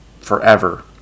forever